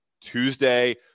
Tuesday